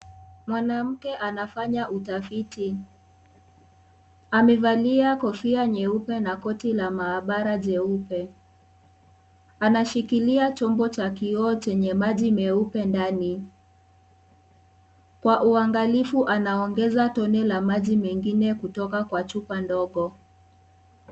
Mwanamke anafanya utafiti, amevalia kofia nyeupe na koti la maabara jeupe. Anashikilia chombo cha kioo chenye maji meupe ndani. Kwa uangalifu anaongeza tone la maji mengine kutoka kwa chupa ndogo.